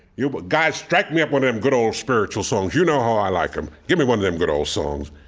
you guys strike me up one of them good, old spiritual songs. you know how i like them. give me one of them good, old songs.